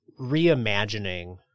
reimagining